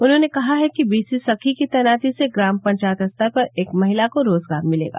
उन्होंने कहा है कि बीसी सखी की तैनाती से ग्राम पंचायत स्तर पर एक महिला को रोजगार मिलेगा